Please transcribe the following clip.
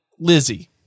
Lizzie